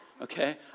okay